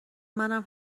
منم